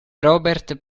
robert